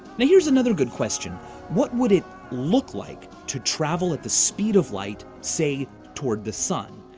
now here's another good question what would it look like to travel at the speed of light, say, toward the sun?